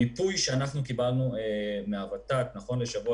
המיפוי שאנחנו קיבלנו מהות"ת נכון לשבוע